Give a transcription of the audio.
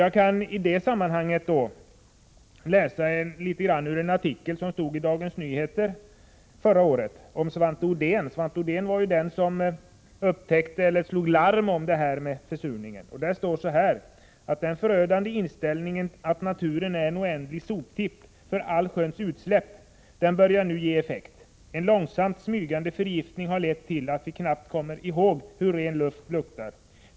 Jag kan i det sammanhanget läsa upp ett avsnitt ur en artikel i Dagens Nyheter för ett år sedan. Den handlar om Svante Odén. Han var ju den som slog larm om det här med försurningen. Det står: ”Den förödande inställningen att naturen är en oändlig soptipp för allsköns utsläpp, den börjar nu ge effekt. En långsamt smygande förgiftning har lett till att vi knappt kommer ihåg hur ren luft luktar.